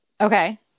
Okay